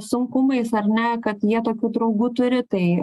sunkumais ar ne kad jie tokių draugų turi tai